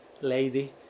lady